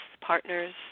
partners